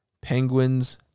Penguins